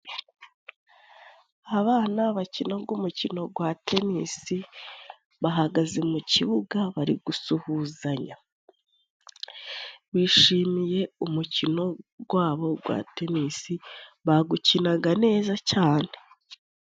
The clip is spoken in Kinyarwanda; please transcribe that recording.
Abana bakinaga umukino gwa tenisi bahagaze mu kibuga bari gusuhuzanya bishimiye umukino gwabo gwa tenisi bagukinaga neza cyane.